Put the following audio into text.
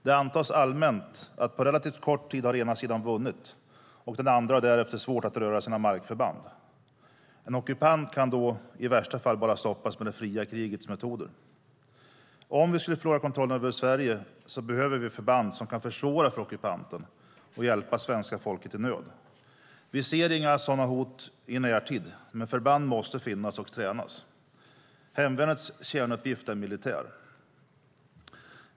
Det antas allmänt att på relativt kort tid har ena sidan vunnit och den andre har därefter svårt att röra sina markförband. En ockupant kan då i värsta fall bara stoppas med det fria krigets metoder. Om vi skulle förlora kontrollen över Sverige behöver vi förband som kan försvåra för ockupanten och hjälpa svenska folket i nöd. Vi ser inga sådana hot i närtid, men förband måste finnas och tränas. Hemvärnets kärnuppgift är militär.